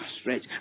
stretch